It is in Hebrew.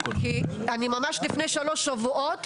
כי לפני שלושה שבועות,